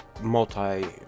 multi